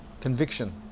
Conviction